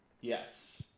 Yes